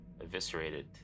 eviscerated